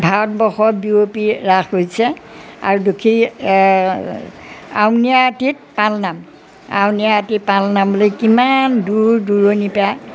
ভাৰতবৰ্ষত বিয়পি ৰাস হৈছে আৰু দুখী আউনী আটীত পালনাম আউনী আটী পালনামলৈ কিমান দূৰ দূৰণিৰপৰা